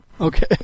Okay